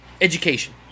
Education